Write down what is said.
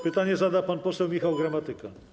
Pytanie zada pan poseł Michał Gramatyka.